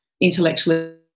intellectually